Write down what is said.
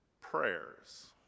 prayers